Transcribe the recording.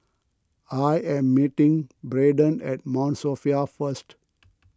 I am meeting Braedon at Mount Sophia first